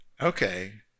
Okay